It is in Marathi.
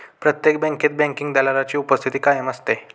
प्रत्येक बँकेत बँकिंग दलालाची उपस्थिती कायम असते